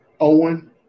Owen